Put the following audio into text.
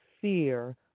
fear